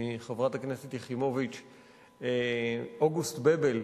אוגוסט בבל,